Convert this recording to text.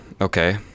Okay